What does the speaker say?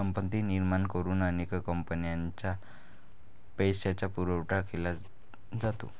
संपत्ती निर्माण करून अनेक कंपन्यांना पैशाचा पुरवठा केला जातो